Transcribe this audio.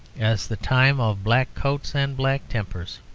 as the time of black coats and black tempers.